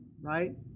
right